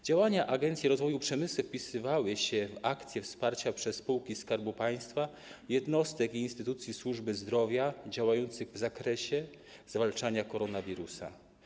Działania Agencji Rozwoju Przemysłu wpisywały się w akcję wsparcia przez spółki Skarbu Państwa jednostek i instytucji służby zdrowia działających w zakresie zwalczania koronawirusa.